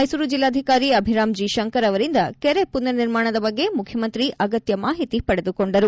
ಮೈಸೂರು ಜಿಲ್ಲಾಧಿಕಾರಿ ಅಭಿರಾಂ ಜಿ ಶಂಕರ್ ಅವರಿಂದ ಕೆರೆ ಪುನರ್ ನಿರ್ಮಾಣದ ಬಗ್ಗೆ ಮುಖ್ಯಮಂತ್ರಿ ಅಗತ್ಯ ಮಾಹಿತಿ ಪಡೆದುಕೊಂಡರು